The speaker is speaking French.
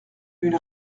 une